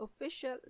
official